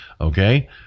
Okay